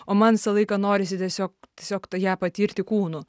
o man visą laiką norisi tiesiog tiesiog ją patirti kūnu